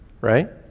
right